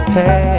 Hey